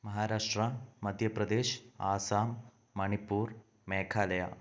Maharashtra Madhya Pradesh Assam Manipur Meghalaya